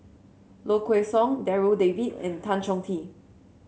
Low Kway Song Darryl David and Tan Chong Tee